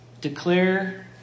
declare